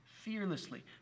fearlessly